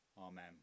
Amen